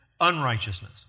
unrighteousness